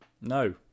No